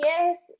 Yes